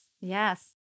yes